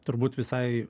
turbūt visai